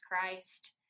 Christ